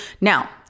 Now